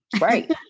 right